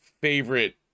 favorite